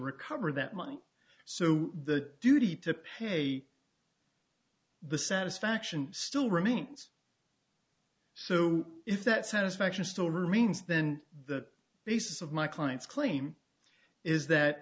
recover that money so the duty to pay the satisfaction still remains so if that satisfaction still remains then the basis of my client's claim is that